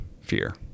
fear